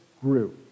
grew